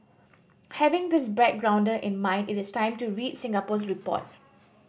having this backgrounder in mind it is time to read Singapore's report